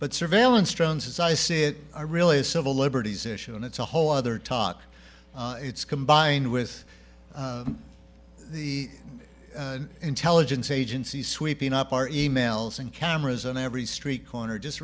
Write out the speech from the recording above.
but surveillance drones as i see it are really a civil liberties issue and it's a whole other topic it's combined with the intelligence agencies sweeping up our e mails and cameras on every street corner just